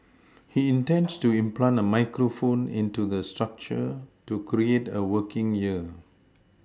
he intends to implant a microphone into the structure to create a working ear